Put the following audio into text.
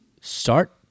start